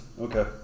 Okay